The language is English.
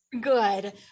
Good